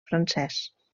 francès